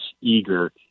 eager